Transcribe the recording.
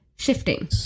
Shifting